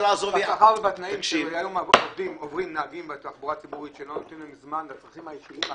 לא נותנים להם זמן לצרכים האישיים שלהם.